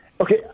Okay